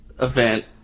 event